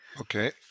Okay